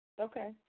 okay